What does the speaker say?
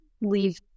leave